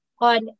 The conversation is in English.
on